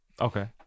okay